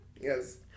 Yes